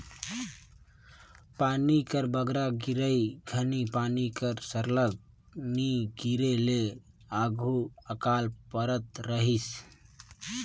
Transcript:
पानी कर बगरा गिरई घनी पानी कर सरलग नी गिरे ले आघु अकाल परत रहिस